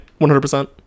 100%